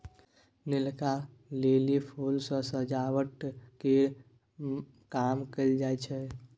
नीलका lily फुल सँ सजावट केर काम कएल जाई छै